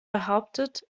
behauptet